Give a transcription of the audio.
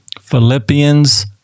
Philippians